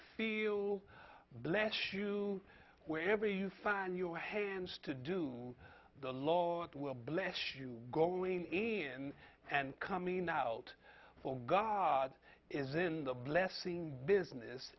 to bless you wherever you find your hands to do the law will bless you go ini and and coming out for god is in the blessing business